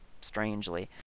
strangely